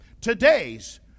today's